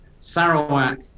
Sarawak